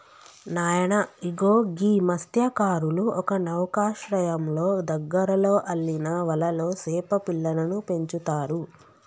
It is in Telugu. నాయన ఇగో గీ మస్త్యకారులు ఒక నౌకశ్రయంలో దగ్గరలో అల్లిన వలలో సేప పిల్లలను పెంచుతారు